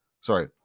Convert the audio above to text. sorry